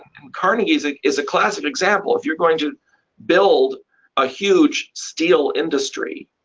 and carnegie is like is a classic example. if you're going to build a huge steel industry,